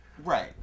Right